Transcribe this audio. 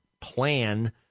plan